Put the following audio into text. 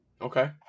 Okay